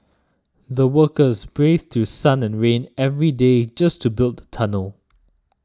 the workers braved through sun and rain every day just to build the tunnel